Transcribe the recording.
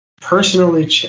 Personally